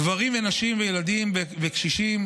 גברים, נשים וילדים וקשישים.